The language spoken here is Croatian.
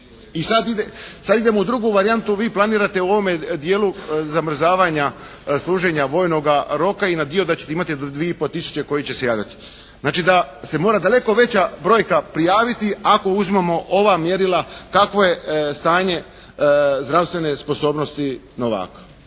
sad idemo u drugu varijantu vi planirate u ovome dijelu zamrzavanja služenja vojnoga roka i na dio da ćete imati do dvije i po tisuće koji će se javljati. Znači da se mora daleko veća brojka prijaviti ako uzmemo ova mjerila kakvo je stanje zdravstvene sposobnosti novaka.